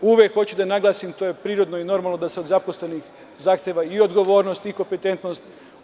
Uvek hoću da naglasim i to je prirodno i normalno da se od zaposlenih zahteva i odgovornost i kompetentnost.